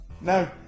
No